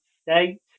state